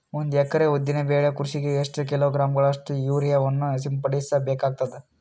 ಒಂದು ಎಕರೆ ಉದ್ದಿನ ಬೆಳೆ ಕೃಷಿಗೆ ಎಷ್ಟು ಕಿಲೋಗ್ರಾಂ ಗಳಷ್ಟು ಯೂರಿಯಾವನ್ನು ಸಿಂಪಡಸ ಬೇಕಾಗತದಾ?